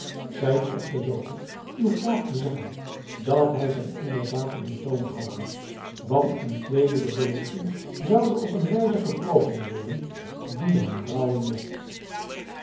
zijt echter zoo goed uw graaf te zeggen dat hij zijn onderzaten in toom houde want een tweede beleediging zoude op een wijze gewroken worden die hem rouwen mocht